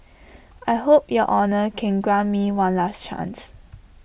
I hope your honour can grant me one last chance